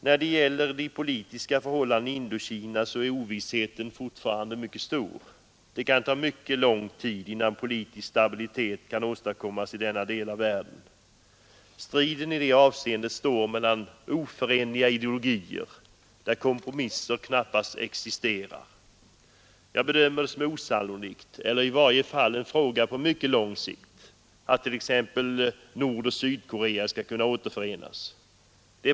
När det gäller de politiska förhållandena i Indokina är ovissheten mycket stor. Det kan ta mycket lång tid innan politisk stabilitet kan åstadkommas i denna del av världen. Striden i det avseendet står mellan oförenliga ideologier, där kompromisser knappast existerar. Jag bedömer det som osannolikt eller i varje fall en fråga på mycket lång sikt att t.ex. Nordoch Sydkorea skall kunna återförenas.